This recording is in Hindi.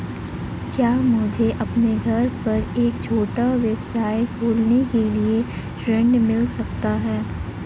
क्या मुझे अपने घर पर एक छोटा व्यवसाय खोलने के लिए ऋण मिल सकता है?